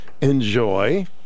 enjoy